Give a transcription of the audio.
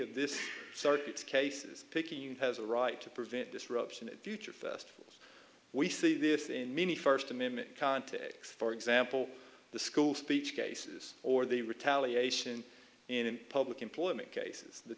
of this sort of cases picayune has a right to prevent disruption in future festivals we see this in many first amendment context for example the school speech cases or the retaliation in public employment cases the